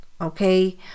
okay